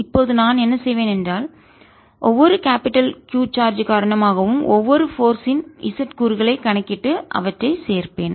இப்போது நான் என்ன செய்வேன் என்றால் ஒவ்வொரு கேபிடல் பெரிய Q சார்ஜ் காரணமாகவும் ஒவ்வொரு போர்ஸ் யின் சக்தியின் z கூறுகளையும் கணக்கிட்டு அவற்றைச் சேர்ப்பேன்